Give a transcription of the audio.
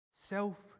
self